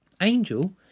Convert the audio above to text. Angel